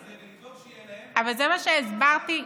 לבית החולים יש, ההליך הביורוקרטי.